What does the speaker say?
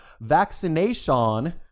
Vaccination